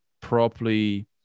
properly